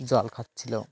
জল খাচ্ছিল